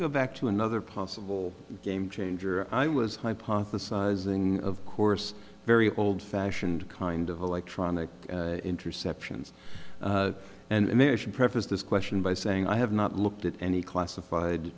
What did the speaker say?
go back to another possible game changer i was hypothesizing of course very old fashioned kind of electronic interceptions and there should preface this question by saying i have not looked at any classified